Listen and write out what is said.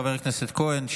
חבר הכנסת כהן,